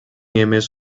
эмес